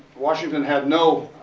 washington had no,